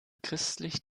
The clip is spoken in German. christlich